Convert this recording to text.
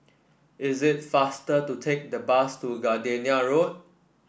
it is faster to take the bus to Gardenia Road